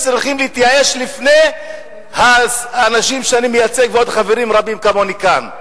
צריכים להתייאש לפני האנשים שאני מייצג ועוד חברים רבים כמוני כאן.